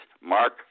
Mark